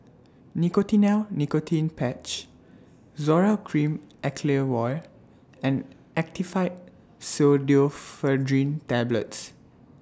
Nicotinell Nicotine Patch Zoral Cream Acyclovir and Actifed Pseudoephedrine Tablets